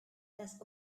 das